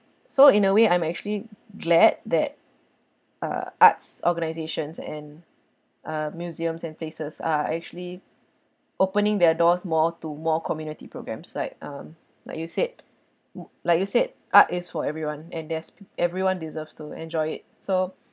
so in a way I'm actually glad that uh arts organisations and uh museums and places are actually opening their doors more to more community programmes like um like you said like you said art is for everyone and that's everyone deserves to enjoy it so